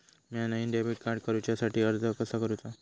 म्या नईन debit card काडुच्या साठी अर्ज कसा करूचा?